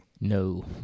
No